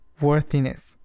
worthiness